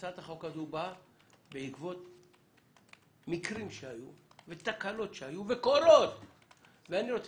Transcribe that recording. הצעת החוק הזאת באה בעקבות מקרים שהיו ותקנות שהיו וקולות שעלו.